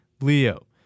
Leo